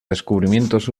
descubrimientos